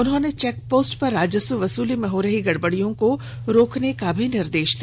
उन्होंने चेकपोस्ट पर राजस्व वसूली में हो रही गडबडियों को रोकने का भी निर्देश दिया